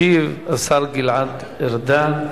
ישיב השר גלעד ארדן,